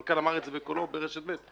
הסמנכ"ל אמר את זה בקולו ברשת ב'.